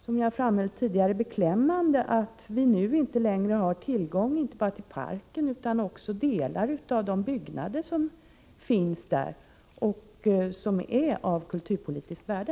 Som jag framhöll tidigare tycker jag det är beklämmande att vi nu inte längre har tillgång till parken lika väl som delar av de byggnader som finns där som är av kulturpolitiskt värde.